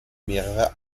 mehrere